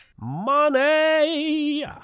Money